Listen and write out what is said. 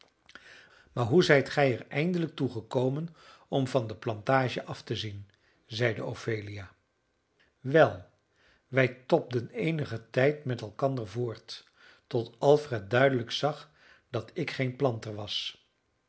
maar hoe zijt gij er eindelijk toe gekomen om van de plantage af te zien zeide ophelia wel wij tobden eenigen tijd met elkander voort tot alfred duidelijk zag dat ik geen planter was